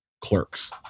clerks